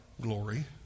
glory